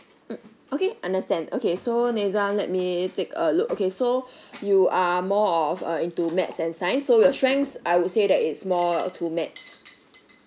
mm okay understand okay so nizam let me take a look okay so you are more of a into math and science so your strengths I would say that it's more to math